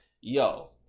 yo